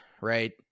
right